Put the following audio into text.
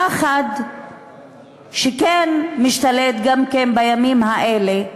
פחד שמשתלט, גם בימים האלה,